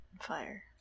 fire